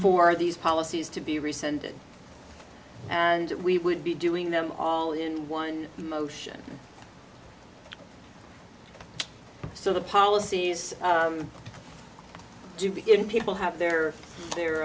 for these policies to be rescinded and we would be doing them all in one motion so the policies do begin people have there the